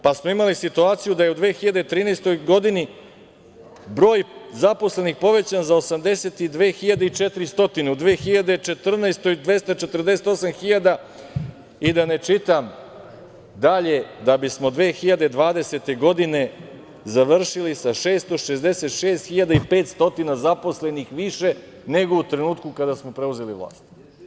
Pa smo imali situaciju da je u 2013. godini broj zaposlenih povećan za 82.400, u 2014. godini 248.000, i da ne čitam dalje, da bismo 2020. godine završili sa 666.500 zaposlenih više nego u trenutku kada smo preuzeli vlast.